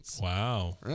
Wow